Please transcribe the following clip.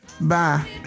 bye